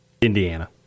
Indiana